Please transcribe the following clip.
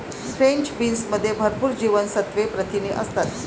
French बीन्समध्ये भरपूर जीवनसत्त्वे, प्रथिने असतात